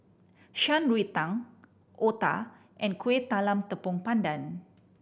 Shan Rui Tang otah and Kuih Talam Tepong Pandan